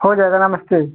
हो जाएगा नमस्ते